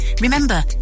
remember